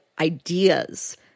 ideas